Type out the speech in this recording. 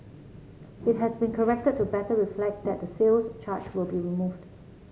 it has been corrected to better reflect that the sales charge will be removed